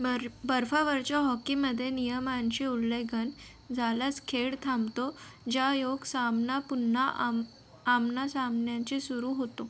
बरफ् बर्फावरच्या हॉकीमध्ये नियमांचे उल्लेघन झाल्यास खेळ थांबतो ज्यायोगे सामना पुन्हा आम आमनासामन्याने सुरू होतो